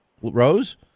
Rose